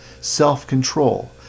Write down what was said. self-control